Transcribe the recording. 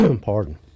pardon